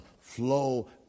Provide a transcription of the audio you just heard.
flow